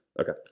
Okay